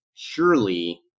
surely